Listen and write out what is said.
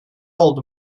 oldu